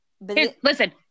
listen